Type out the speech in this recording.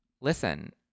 listen